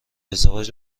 ازدواج